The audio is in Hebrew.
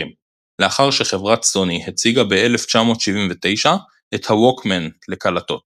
לאחר שחברת סוני הציגה ב-1979 את הווקמן לקלטות